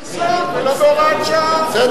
עדיין,